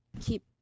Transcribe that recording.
keep